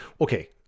okay